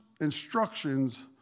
instructions